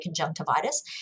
conjunctivitis